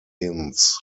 inns